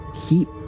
Heap